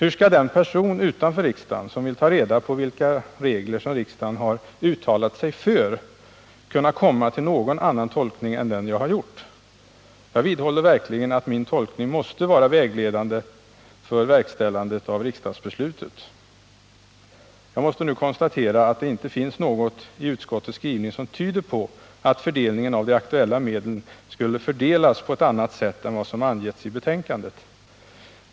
Hur skall den person utanför riksdagen som skall ta reda på vilka regler som riksdagen har uttalat sig för kunna göra någon annan tolkning än den jag har gjort på denna punkt? Jag vidhåller verkligen att min tolkning måste vara vägledande för verkställandet av riksdagsbeslutet. Jag måste nu konstatera att det inte finns något i utskottets skrivning som tyder på att de aktuella medlen skulle fördelas på annat sätt än vad jag angivit.